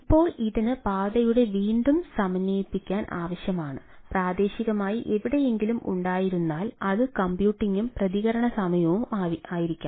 ഇപ്പോൾ ഇതിന് പാതയുടെ വീണ്ടും സമന്വയിപ്പിക്കൽ ആവശ്യമാണ് പ്രാദേശികമായി എവിടെയെങ്കിലും ഉണ്ടായിരുന്നെങ്കിൽ അത് കമ്പ്യൂട്ടിംഗും പ്രതികരണ സമയവും ആയിരിക്കാം